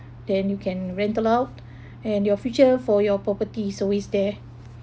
then you can rental out and your future for your property is always there